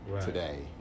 today